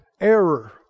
error